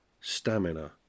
Stamina